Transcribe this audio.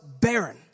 barren